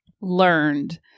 learned